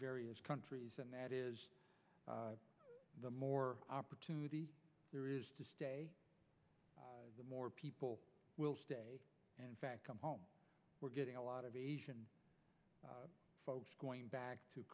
various countries and that is the more opportunity there is to stay the more people will stay and in fact come home we're getting a lot of asian folks going back to